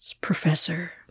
Professor